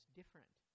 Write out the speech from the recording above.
different